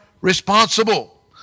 responsible